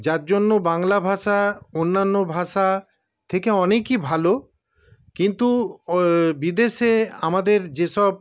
যার জন্য বাংলা ভাষা অন্যান্য ভাষা থেকে অনেকই ভালো কিন্তু বিদেশে আমাদের যেসব